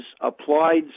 applied